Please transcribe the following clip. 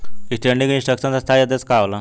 Standing instruction स्थाई आदेश का होला?